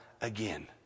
again